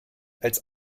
als